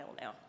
now